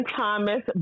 Thomas